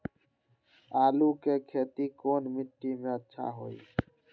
आलु के खेती कौन मिट्टी में अच्छा होइ?